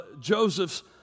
Joseph's